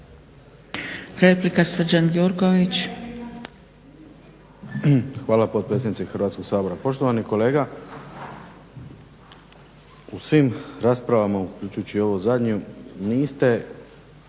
Hvala potpredsjednice Hrvatskoga sabora. Poštovani kolega u svim raspravama uključujući i ovu zadnju niste,